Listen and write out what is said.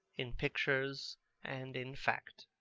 in pictures and in fact.